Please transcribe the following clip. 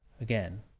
again